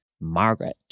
Margaret